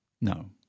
No